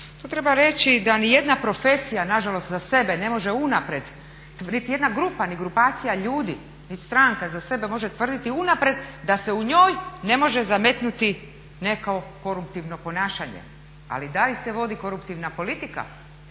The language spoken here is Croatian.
treba reći da nijedna profesija nažalost za sebe ne može unaprijed, niti jedna grupa ni grupacija ljudi ni stranka za sebe može tvrditi unaprijed da se u njoj ne može zametnuti neko koruptivno ponašanje, ali i dalje se vodi koruptivna politika.